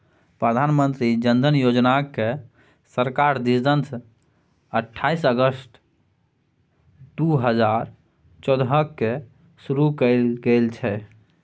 प्रधानमंत्री जन धन योजनाकेँ सरकारक दिससँ अट्ठाईस अगस्त दू हजार चौदहकेँ शुरू कैल गेल छल